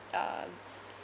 uh